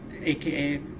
aka